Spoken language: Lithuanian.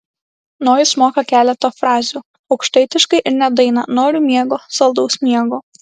nojus moka keletą frazių aukštaitiškai ir net dainą noriu miego saldaus miego